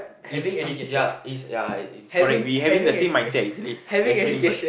is is ya is ya is correct we having the same mindset actually actually what's